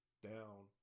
down